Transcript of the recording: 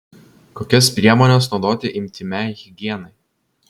kokias priemones naudoti intymiai higienai